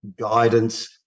guidance